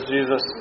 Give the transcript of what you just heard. Jesus